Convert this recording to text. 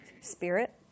spirit